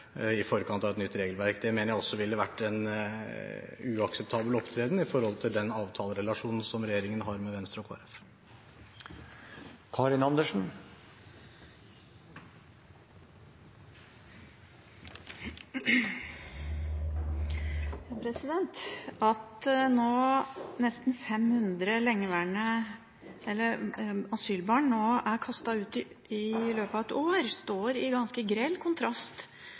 i forkant av et regelverk. Det mener jeg også ville vært en uakseptabel opptreden i forhold til den avtalerelasjonen som regjeringen har med Venstre og Kristelig Folkeparti. At nesten 500 lengeværende asylbarn nå er kastet ut i løpet av et år, står i ganske grell kontrast